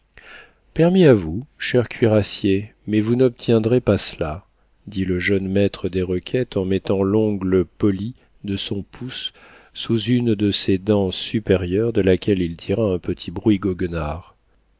à vous cher cuirassier mais vous n'obtiendrez pas cela dit le jeune maître des requêtes en mettant l'ongle poli de son pouce sous une de ses dents supérieures de laquelle il tira un petit bruit goguenard